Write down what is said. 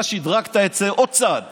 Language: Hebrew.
אתה שדרגת את זה עוד צעד